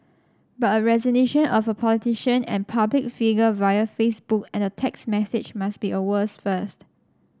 but a resignation of a politician and public figure via Facebook and a text message must be a world's first